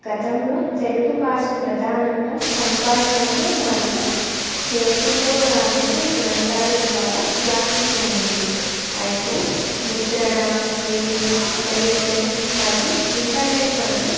గతంలో తెలుగు భాష ప్రధానంగా సంభాషణలు మరియు చేతితో వ్రాసిన గ్రంథాల ద్వారా వ్యాప్తి చెందింది అయితే ముుద్రణ రేడియో టెలివిజన్ మరియు ఇంటర్నెట్ వంటి